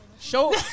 Show